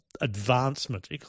advancement